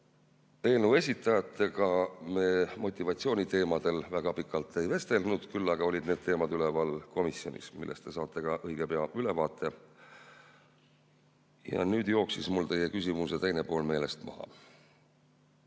Eelnõu esitajatega me motivatsiooniteemadel väga pikalt ei vestelnud, küll aga olid need teemad üleval komisjonis, millest te saate ka õige pea ülevaate. Nüüd jooksis mul teie küsimuse teine pool meelest maha.